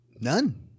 None